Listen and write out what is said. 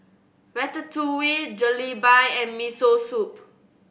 Ratatouille Jalebi and Miso Soup